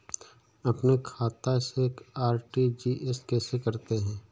अपने खाते से आर.टी.जी.एस कैसे करते हैं?